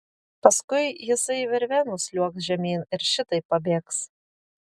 paskui jisai virve nusliuogs žemyn ir šitaip pabėgs